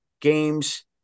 games